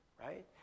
right